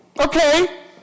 Okay